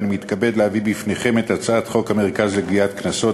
אני מתכבד להביא בפניכם את הצעת חוק המרכז לגביית קנסות,